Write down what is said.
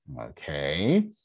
Okay